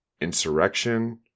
Insurrection